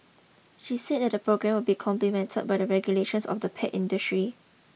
she said that the programme will be complemented by the regulation of the pet industry